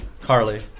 Carly